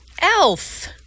Elf